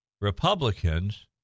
Republicans